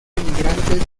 emigrantes